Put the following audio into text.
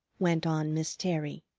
went on miss terry.